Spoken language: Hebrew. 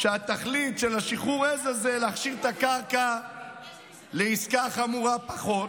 ותכלית שחרור העז הזאת הייתה להכשיר את הקרקע לעסקה חמורה פחות,